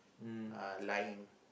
uh lying